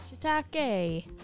shiitake